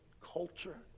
culture